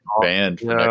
banned